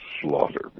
slaughter